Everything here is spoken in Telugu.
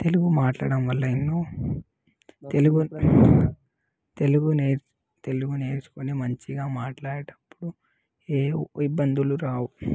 తెలుగు మాట్లాడడం వల్ల ఎన్నో తెలుగు తెలుగు నేర్చ్ తెలుగు నేర్చుకొని మంచిగా మాట్లాడేటప్పుడు ఏ ఇబ్బందులు రావు